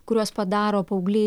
kuriuos padaro paaugliai